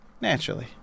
naturally